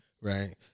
Right